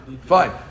Fine